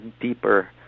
deeper